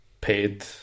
paid